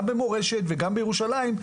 גם במורשת וגם בירושלים,